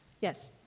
Yes